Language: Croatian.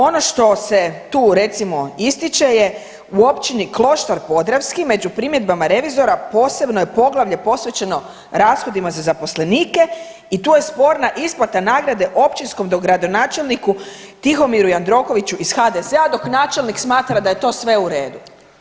Ono što se tu recimo ističe, je u općini Kloštar Podravski među primjedbama revizora posebno je poglavlje posvećeno rashodima za zaposlenike i tu je sporna isplata nagrade općinskom dogradonačelniku Tihomiru Jandrokoviću iz HDZ-a, dok načelnik smatra da je to sve u redu.